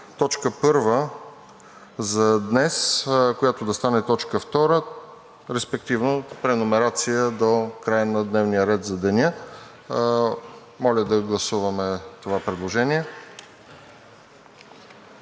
към т. 1 за днес, която да стане т. 2, респективно преномерация до края дневния ред за деня. Моля да гласуваме това предложение